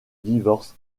divorce